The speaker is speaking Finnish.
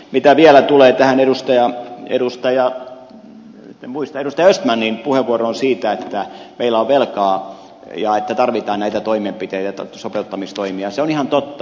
mitä vielä tulee tähän edustaja östmanin puheenvuoroon siitä että meillä on velkaa ja että tarvitaan näitä toimenpiteitä sopeuttamistoimia se on ihan totta